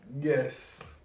Yes